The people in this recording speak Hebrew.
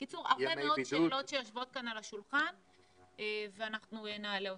בקיצור הרבה מאוד שאלות שיושבות כאן על השולחן ואנחנו נעלה אותן.